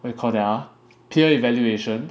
what you call that ah peer evaluation